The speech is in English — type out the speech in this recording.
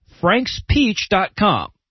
FranksPeach.com